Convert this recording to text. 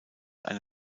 eine